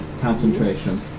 concentration